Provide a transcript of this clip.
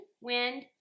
wind